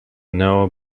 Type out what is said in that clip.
know